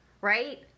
right